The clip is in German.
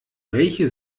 welche